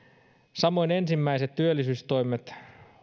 samoin ensimmäiset työllisyystoimet